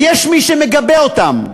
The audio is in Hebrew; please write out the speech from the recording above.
ויש מי שמגבה אותם,